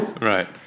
Right